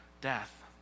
death